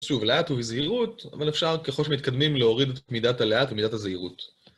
שוב, לאט ובזהירות, אבל אפשר ככל שמתקדמים להוריד את מידת הלאט ומידת הזהירות.